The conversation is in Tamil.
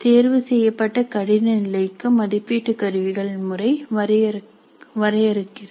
தேர்வு செய்யப்பட்ட கடின நிலைக்கு மதிப்பீட்டுக் கருவிகள் முறை வரையறுக்கிறது